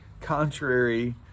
contrary